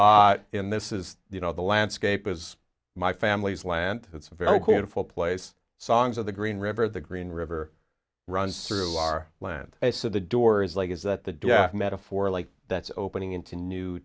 in this is you know the landscape is my family's land it's very clear the full plays songs of the green river the green river runs through our land base of the doors like is that the deaf metaphor like that's opening into new